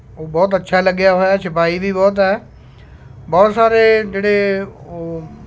ਉਹ ਬਹੁਤ ਅੱਛਾ ਲੱਗਿਆ ਹੋਇਆ ਛਪਾਈ ਵੀ ਬਹੁਤ ਹੈ ਬਹੁਤ ਸਾਰੇ ਜਿਹੜੇ ਉਹ